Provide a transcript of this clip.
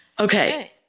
Okay